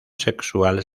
sexual